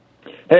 Hey